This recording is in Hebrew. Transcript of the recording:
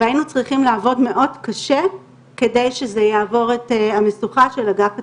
והיינו צריכים לעבוד מאוד קשה כדי שזה יעבור את המשוכה של אגף התקציבים.